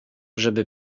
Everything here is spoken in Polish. żeby